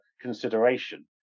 consideration